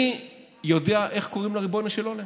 אני יודע איך קוראים לריבונו של עולם.